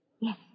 Yes